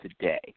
today